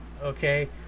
Okay